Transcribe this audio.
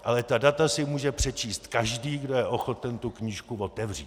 Ale ta data si může přečíst každý, kdo je ochoten tu knížku otevřít.